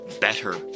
better